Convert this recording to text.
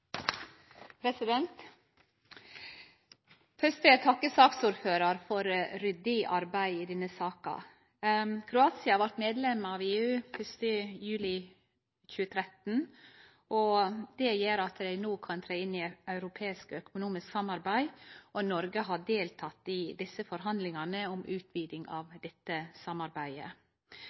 Først vil eg takke saksordføraren for ryddig arbeid i denne saka. Kroatia blei medlem av EU 1. juli 2013, og det gjer at dei no kan tre inn i eit europeisk økonomisk samarbeid. Noreg har delteke i desse forhandlingane om utviding av dette samarbeidet.